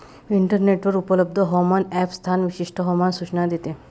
इंटरनेटवर उपलब्ध हवामान ॲप स्थान विशिष्ट हवामान सूचना देते